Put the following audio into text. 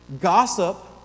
Gossip